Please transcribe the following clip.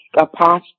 apostle